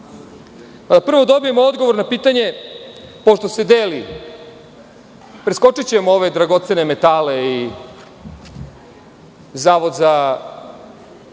da dobijamo odgovor na pitanje pošto se deli, preskočićemo ove dragocene metale i Zavod za